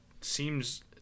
seems